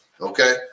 Okay